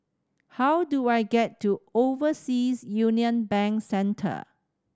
how do I get to Overseas Union Bank Centre